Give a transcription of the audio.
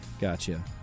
gotcha